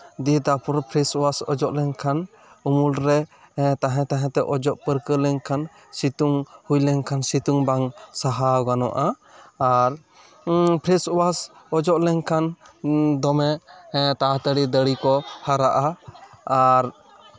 ᱫᱤᱭᱮ ᱛᱟᱨᱯᱚᱨᱮ ᱯᱷᱮᱹᱥ ᱚᱣᱟᱥ ᱚᱡᱚᱜ ᱞᱮᱱᱠᱷᱟᱱ ᱩᱢᱩᱞᱨᱮ ᱛᱟᱦᱮᱸ ᱛᱟᱦᱮᱸ ᱛᱮ ᱚᱡᱚᱜ ᱯᱟᱹᱨᱠᱟᱹᱣ ᱞᱮᱱᱠᱷᱟᱱ ᱥᱤᱛᱩᱝ ᱦᱩᱭ ᱞᱮᱱᱠᱷᱟᱱ ᱥᱤᱛᱩᱝ ᱵᱟᱝ ᱥᱟᱦᱟᱣ ᱜᱟᱱᱚᱜᱼᱟ ᱟᱨ ᱯᱷᱮᱹᱥ ᱚᱣᱟᱥ ᱚᱡᱚᱜ ᱞᱮᱱᱠᱷᱟᱱ ᱫᱚᱢᱮ ᱛᱟᱲᱟᱛᱟᱹᱲᱤ ᱫᱟᱹᱲᱤ ᱠᱚ ᱦᱟᱨᱟᱜᱼᱟ ᱟᱨ